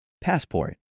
Passport